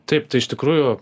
taip tai iš tikrųjų